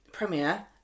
premiere